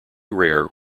rare